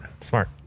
smart